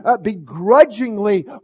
begrudgingly